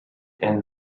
and